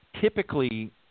typically